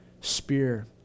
spear